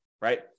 right